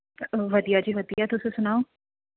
ਵਧੀਆ ਜੀ ਵਧੀਆ ਤੁਸੀਂ ਸੁਣਾਓ